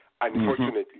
unfortunately